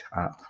up